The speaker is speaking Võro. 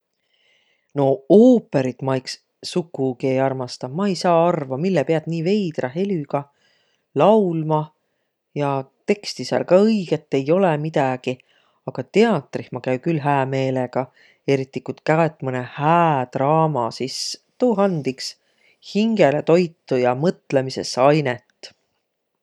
No oopõrit ma iks sukugi ei armastaq. Ma ei saaq arvo, mille piät nii veidrä helüga laulma, ja teksti sääl ka õigõt ei olõq midägi. Aa tiatrih ma käü külh hää meelegaq. Eriti, ku t- kaet mõnõ hää draama, sis tuu and iks hingele toitu ja mõtlõmisõs ainõt.